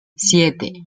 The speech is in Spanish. siete